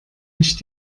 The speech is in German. nicht